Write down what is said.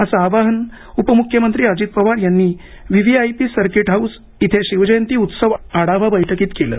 असं आवाहन उपमुख्यमंत्री अजित पवार यांनी व्हीव्हीआयपी सर्किट हाऊस इथे शिवजयंती उत्सव आढावा बैठकीत केलं